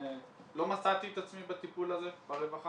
לא מצאתי את עצמי בטיפול הזה ברווחה.